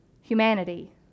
humanity